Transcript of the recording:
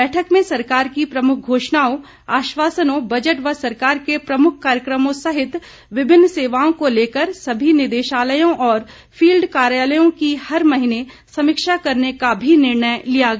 बैठक में सरकार की प्रमुख घोषणाओं आश्वासनों बजट व सरकार के प्रमुख कार्यक्रमों सहित विभिन्न सेवाओं को लेकर सभी निदेशालयों और फील्ड कार्यालयों की हर महीने समीक्षा करने का भी निर्णय लिया गया